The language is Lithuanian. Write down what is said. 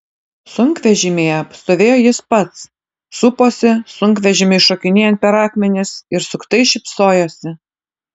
sunkvežimyje stovėjo jis pats suposi sunkvežimiui šokinėjant per akmenis ir suktai šypsojosi